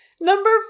number